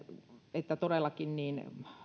että todellakin